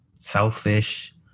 selfish